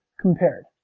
compared